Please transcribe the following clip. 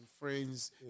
friends